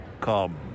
Come